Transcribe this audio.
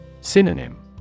Synonym